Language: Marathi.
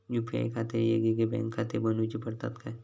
यू.पी.आय खातीर येगयेगळे बँकखाते बनऊची पडतात काय?